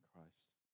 Christ